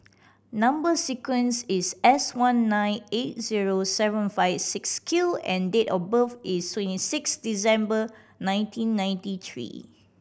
number sequence is S one nine eight zero seven five six Q and date of birth is twenty six December nineteen ninety three